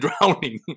drowning